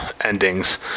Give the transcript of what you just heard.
endings